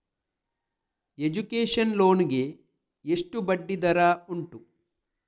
Education loan ಗೆ ಎಷ್ಟು ಬಡ್ಡಿ ದರ ಉಂಟು?